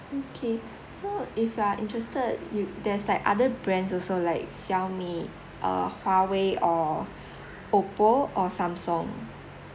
okay so if you're interested you there's like other brands also like Xiaomi uh Huawei or Oppo or Samsung